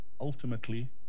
ultimately